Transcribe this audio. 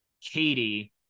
Katie